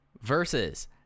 versus